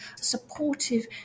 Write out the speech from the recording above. supportive